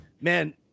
man